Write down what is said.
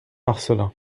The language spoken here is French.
marcellin